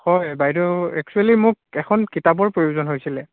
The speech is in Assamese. হয় বাইদেউ একচুৱেলী মোক এখন কিতাপৰ প্ৰয়োজন হৈছিলে